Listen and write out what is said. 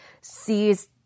sees